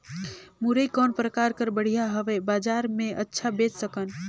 मुरई कौन प्रकार कर बढ़िया हवय? बजार मे अच्छा बेच सकन